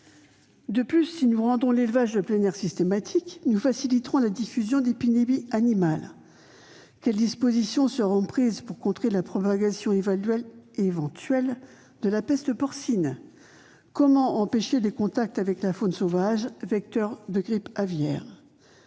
De plus, si nous rendons l'élevage en plein air systématique, nous faciliterons la diffusion d'épidémies animales. Quelles dispositions seront prises pour contrer la propagation éventuelle de la peste porcine ? Comment empêcher les contacts avec la faune sauvage, vecteur de grippe aviaire ?